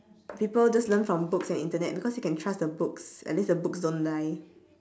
people just learn from books and internet because you can trust the books at least the books don't lie